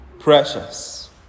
Precious